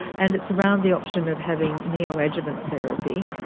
and it's around the option of having neoadjuvant therapy,